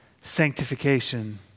sanctification